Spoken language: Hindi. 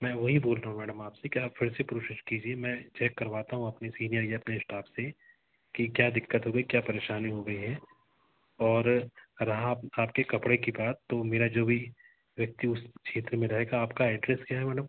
मैं वही बोल रहा हूँ मैडम आप से कि आप फिर से प्रोसेस कीजिए मैं चेक करवाता हूँ अपने सीनियर या अपने स्टाफ़ से कि क्या दिक्कत हो गई क्या परेशानी हो गई है और रहा आप आपके कपड़े की बात तो मेरा जो भी व्यक्ति उस क्षेत्र में रहेगा आपका एड्रेस क्या है मैडम